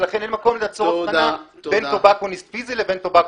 ולכן אין מקום ליצור הבחנה בין טבק פיזי לווירטואלי.